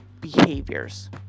behaviors